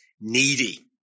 needy